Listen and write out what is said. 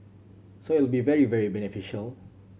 so it will be very very beneficial